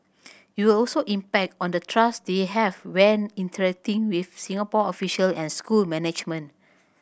it will also impact on the trust they have when interacting with Singapore official and school management